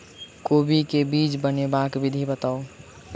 कोबी केँ बीज बनेबाक विधि बताऊ?